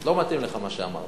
לא מתאים לך מה שאמרת,